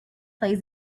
plays